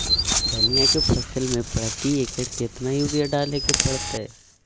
धनिया के फसल मे प्रति एकर केतना यूरिया डालय के परतय?